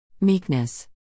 Meekness